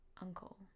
Uncle